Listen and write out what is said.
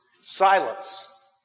silence